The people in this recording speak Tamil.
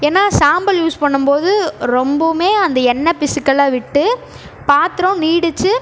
ஏன்னா சாம்பல் யூஸ் பண்ணும்போது ரொம்பவுமே அந்த எண்ண பிசுக்கெல்லாம் விட்டு பாத்திரம் நீடிச்சு